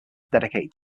dedicated